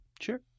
Sure